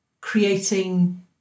creating